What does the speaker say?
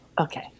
Okay